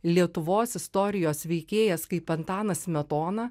lietuvos istorijos veikėjas kaip antanas smetona